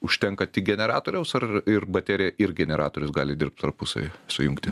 užtenka tik generatoriaus ar ir bateriją ir generatorius gali dirbt tarpusavyje sujungti